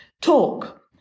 talk